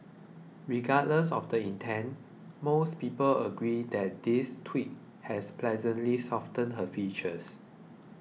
regardless of the intent most people agree that this tweak has pleasantly softened her features